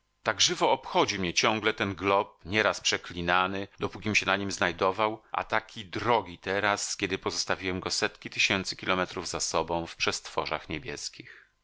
tak żywo obchodzi mnie ciągle ten glob nieraz przeklinany dopókim się na nim znajdował a taki drogi teraz kiedy pozostawiłem go setki tysięcy kilometrów za sobą w przestworzach niebieskich